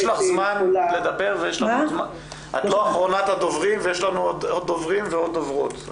לא אחרונת הדוברים ויש לנו עוד דוברים ועוד דוברות.